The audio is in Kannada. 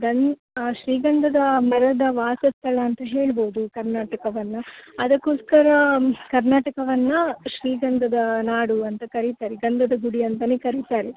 ಗಂ ಶ್ರೀಗಂಧದ ಮರದ ವಾಸಸ್ಥಳ ಅಂತ ಹೇಳಬೋದು ಕರ್ನಾಟಕವನ್ನು ಅದಕ್ಕೋಸ್ಕರ ಕರ್ನಾಟಕವನ್ನು ಶ್ರೀಗಂಧದ ನಾಡು ಅಂತ ಕರಿತಾರೆ ಗಂಧದ ಗುಡಿ ಅಂತನೇ ಕರೀತಾರೆ